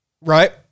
right